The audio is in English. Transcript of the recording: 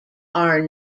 are